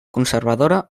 conservadora